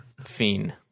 fiend